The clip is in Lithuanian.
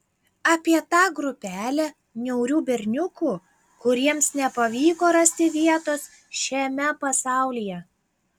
apie tą grupelę niaurių berniukų kuriems nepavyko rasti vietos šiame pasaulyje